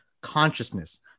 consciousness